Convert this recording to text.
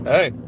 Hey